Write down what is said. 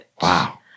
wow